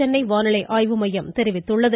சென்னை வானிலை ஆய்வு மையம் தெரிவித்துள்ளது